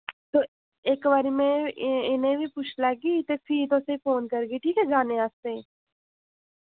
ते इक बारी में इ इ'नें बी पुच्छी लैगी ते फ्ही तुसें फोन करगी ठीक ऐ जाने आस्तै